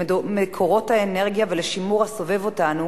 למקורות האנרגיה ולשימור הסובב אותנו